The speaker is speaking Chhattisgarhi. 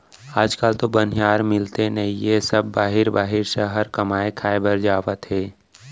आज काल तो बनिहार मिलते नइए सब बाहिर बाहिर सहर कमाए खाए बर जावत हें